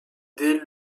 dès